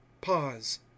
Pause